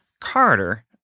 Carter